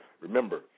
Remember